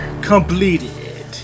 Completed